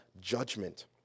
judgment